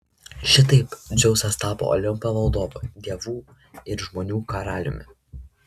šitaip dzeusas tapo olimpo valdovu dievų ir žmonių karaliumi